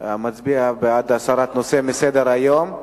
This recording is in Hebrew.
מצביע בעד הסרת הנושא מסדר-היום.